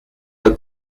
the